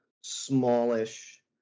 smallish